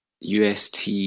UST